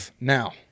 Now